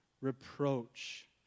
reproach